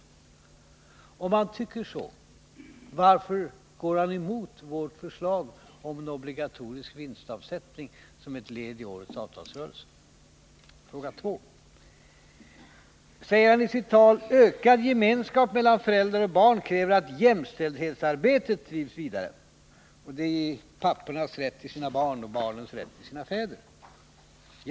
Om Ola Ullsten tycker så, varför går han emot vårt förslag om en obligatorisk vinstavsättning som ett led i årets avtalsrörelse? Fråga 2: Utrikesministern säger i sitt tal att ökad gemenskap mellan föräldrar och barn kräver att jämställdhetsarbetet drivs vidare. Det gäller pappornas rätt till sina barn och barnens rätt till sina fäder.